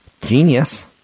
Genius